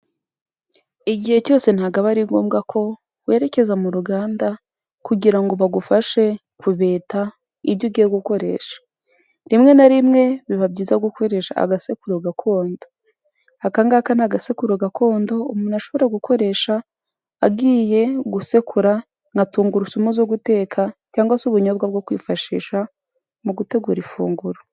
Igihe cyose ntago aba ari ngombwa ko werekeza mu ruganda kugira ngo bagufashe kubeta ibyo ugiye gukoresha, rimwe na rimwe biba byiza gukoresha agasekuru gakondo, aka ngaka ni agasekuru gakondo umuntu ashobora gukoresha agiye gusekura nka tungurusumu zo guteka cyangwa se ubunyobwa bwo kwifashisha mu gutegura ifunguro.